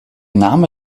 name